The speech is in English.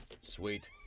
Sweet